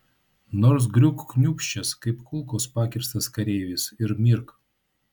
nors griūk kniūbsčias kaip kulkos pakirstas kareivis ir mirk